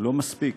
לא מספיק,